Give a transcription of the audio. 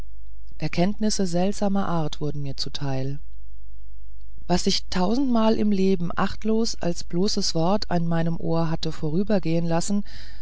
erkenntnisse seltsamster art wurden mir zuteil was ich tausendmal im leben achtlos als bloßes wort an meinem ohr hatte vorübergehen lassen